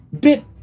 bit